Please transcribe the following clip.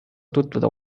tutvuda